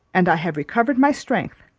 and i have recovered my strength,